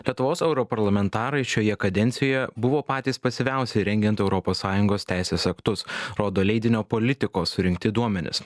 lietuvos europarlamentarai šioje kadencijoje buvo patys pasyviausi rengiant europos sąjungos teisės aktus rodo leidinio politiko surinkti duomenys